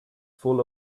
full